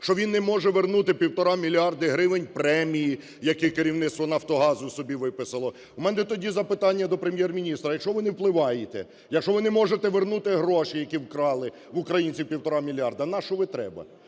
що він не може вернути 1,5 мільярди гривень премії, які керівництво "Нафтогазу" собі виписало. У мене тоді запитання до Прем'єр-міністра. Якщо ви не впливаєте, якщо ви не можете вернути гроші, які вкрали в українців, 1,5 мільярди, нащо ви треба?